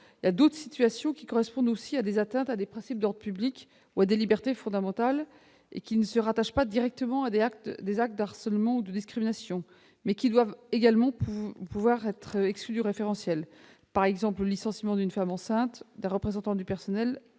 D'autres situations correspondent aussi à des atteintes à des principes d'ordre public ou à des libertés fondamentales, sans pour autant se rattacher directement à des actes de harcèlement ou de discrimination. Ces situations doivent également pouvoir être exclues du barème : par exemple, le licenciement d'une femme enceinte, d'un représentant du personnel,